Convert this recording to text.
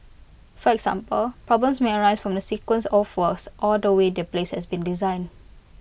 for example problems may arise from the sequence of works or the way the place's been designed